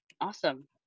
Awesome